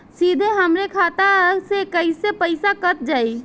सीधे हमरे खाता से कैसे पईसा कट जाई?